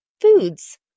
foods